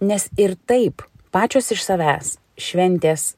nes ir taip pačios iš savęs šventės